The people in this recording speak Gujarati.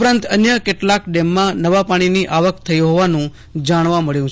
ઉપરાંત અન્ય કેટલાક ડેમમાં નવા પાણીની આવક થઇ હોવાનું જાણવા મળ્યું છે